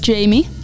Jamie